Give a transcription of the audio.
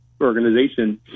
organization